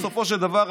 בסופו של דבר,